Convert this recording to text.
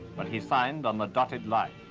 but he signed on the dotted line.